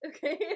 Okay